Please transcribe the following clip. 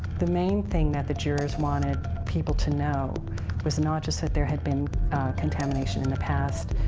the main thing that the jurors wanted people to know was not just that there had been contamination in the past,